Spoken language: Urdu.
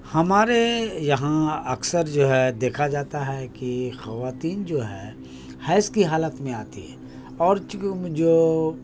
ہمارے یہاں اکثر جو ہے دیکھا جاتا ہے کہ خواتین جو ہیں حیض کی حالت میں آتی ہے اور چونکہ جو جو